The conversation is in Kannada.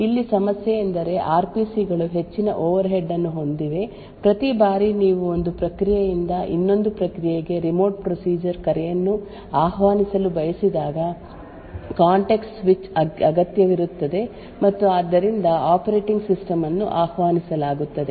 ಇಲ್ಲಿ ಸಮಸ್ಯೆಯೆಂದರೆ ಆರ್ ಪಿ ಸಿ ಗಳು ಹೆಚ್ಚಿನ ಓವರ್ಹೆಡ್ ಅನ್ನು ಹೊಂದಿವೆ ಪ್ರತಿ ಬಾರಿ ನೀವು ಒಂದು ಪ್ರಕ್ರಿಯೆಯಿಂದ ಇನ್ನೊಂದು ಪ್ರಕ್ರಿಯೆಗೆ ರಿಮೋಟ್ ಪ್ರೊಸೀಜರ್ ಕರೆಯನ್ನು ಆಹ್ವಾನಿಸಲು ಬಯಸಿದಾಗ ಕಾಂಟೆಕ್ಸ್ಟ್ ಸ್ವಿಚ್ ಅಗತ್ಯವಿರುತ್ತದೆ ಮತ್ತು ಆದ್ದರಿಂದ ಆಪರೇಟಿಂಗ್ ಸಿಸ್ಟಮ್ ಅನ್ನು ಆಹ್ವಾನಿಸಲಾಗುತ್ತದೆ